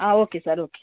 okay sir okay okay